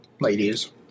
ladies